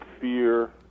fear